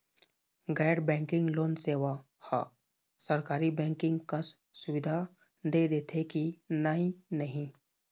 गैर banking loan सेवा हा सरकारी बैंकिंग कस सुविधा दे देथे कि नई नहीं?